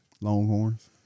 Longhorns